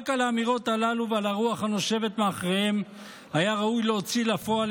רק על האמירות הללו ועל הרוח הנושבת מאחוריהן היה ראוי להוציא לפועל